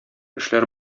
эшләр